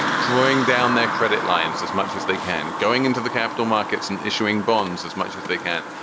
drawing down their credit lines as much as they can, going into the capital markets and issuing bonds as much as they can,